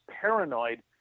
paranoid